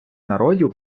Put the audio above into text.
народів